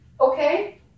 Okay